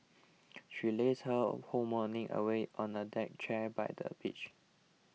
she lazed her whole morning away on a deck chair by the beach